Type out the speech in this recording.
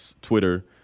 Twitter